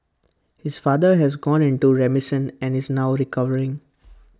his father has gone into remission and is now recovering